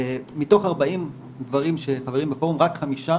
מתוך 40 גברים שחברים בפורום, רק חמישה